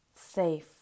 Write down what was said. safe